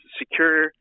secure